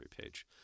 page